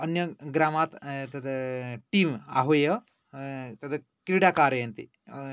अन्यग्रामात् एतत् टीम् आहूय तत् क्रीडा कारयन्ति